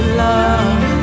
love